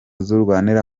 zirwanira